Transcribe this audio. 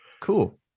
Cool